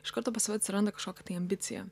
iš karto pas tave atsiranda kažkoks tai ambicija